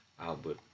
Albert